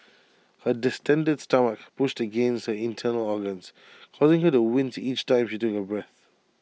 her distended stomach pushed against her internal organs causing her to wince each time she took A breath